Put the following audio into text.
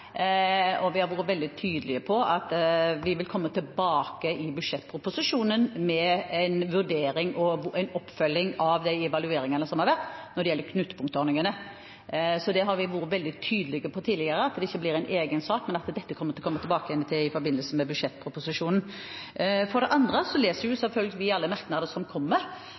og vi har vært veldig tydelige på – at vi vil komme tilbake i budsjettproposisjonen med en vurdering og en oppfølging av de evalueringene som har vært når det gjelder knutepunktordningene. Så det har vi vært veldig tydelige på tidligere, at det ikke blir en egen sak, men at dette kommer vi til å komme tilbake igjen til i forbindelse med budsjettproposisjonen. For det andre leser vi selvfølgelig alle merknader som kommer,